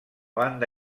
banda